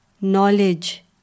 Knowledge